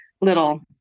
little